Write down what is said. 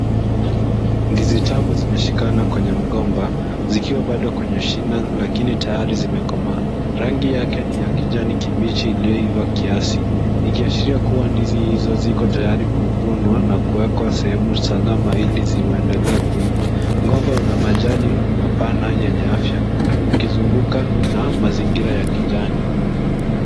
Ndizi tamu zimeshikana kwenye mgomba zikiwa bado kwenye shina lakini tayari zimekomaa. Rangi yake ni ya kijani kibichi iliyoiva kiasi, ikiashiria kuwa ndizi hizo ziko tayari kuvunwa na kuwekwa sehemu salama ili ziendelee kuiva. Gomba una majani mapana yenye afya, ukizunguka na mazingira ya kijani.